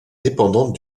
dépendantes